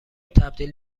تبدیل